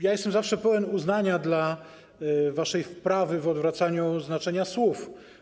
Jestem zawsze pełen uznania dla waszej wprawy w odwracaniu znaczenia słów.